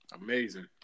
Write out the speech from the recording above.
Amazing